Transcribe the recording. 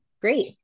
great